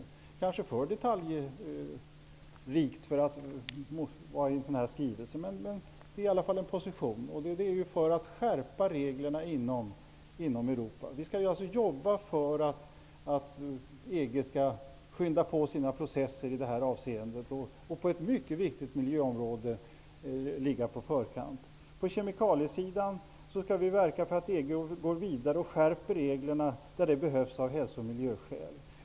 Det är kanske för detaljrikt för att förekomma i en sådan här skrivelse, men det är i alla fall en position i syfte att skärpa reglerna inom Europa. Vi skall alltså jobba för att EG skall skynda på sina processer i detta avseende och ligga på förkant på ett mycket viktigt miljöområde. På kemikaliesidan skall Sverige verka för att EG går vidare och skärper reglerna där det behövs av hälsooch miljöskäl.